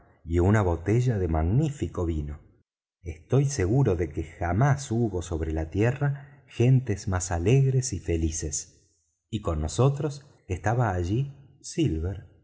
más una botella de magnífico vino estoy seguro de que jamás hubo sobre la tierra gentes más alegres y felices y con nosotros estaba allí silver